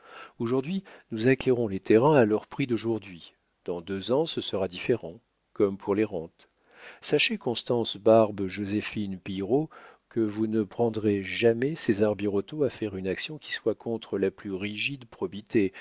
aujourd'hui nous acquérons les terrains à leur prix d'aujourd'hui dans deux ans ce sera différent comme pour les rentes sachez constance barbe joséphine pillerault que vous ne prendrez jamais césar birotteau à faire une action qui soit contre la plus rigide probité